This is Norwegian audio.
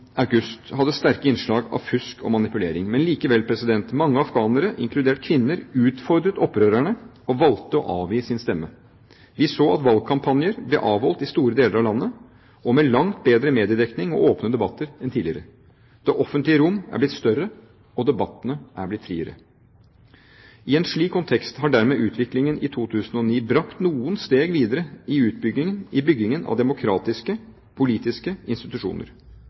hadde sterke innslag av fusk og manipulering. Likevel: Mange afghanere, inkludert kvinner, utfordret opprørerne og valgte å avgi sin stemme. Vi så at valgkampanjer ble avholdt i store deler av landet og med langt bedre mediedekning og åpne debatter enn tidligere. Det offentlige rom er blitt større, og debattene er blitt friere. I en slik kontekst er dermed utviklingen i 2009 brakt noen steg videre i byggingen av demokratiske, politiske institusjoner.